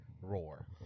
roar